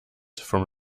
from